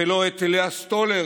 ולא את לאה סטולר,